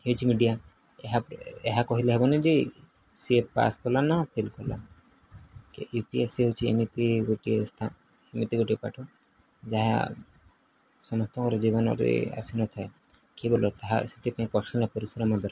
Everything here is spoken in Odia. ହେଉଛି ମିଡିଆ ଏହା ଏହା କହିଲେ ହେବନି ଯେ ସିଏ ପାସ୍ କଲା ନା ଫେଲ୍ କଲା ୟୁ ପି ଏସ୍ ସି ହେଉଛି ଏମିତି ଗୋଟିଏ ଏମିତି ଗୋଟିଏ ପାଠ ଯାହା ସମସ୍ତଙ୍କର ଜୀବନରେ ଆସିନଥାଏ କିଏ ଭଲ ତାହା ସେଥିପାଇଁ କଠିନ ପରିଶ୍ରମ ଦରକାର